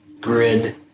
grid